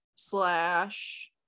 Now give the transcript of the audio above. slash